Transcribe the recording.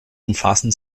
umfassen